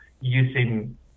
using